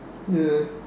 ya